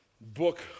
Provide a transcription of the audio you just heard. book